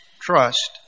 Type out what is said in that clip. trust